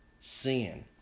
sin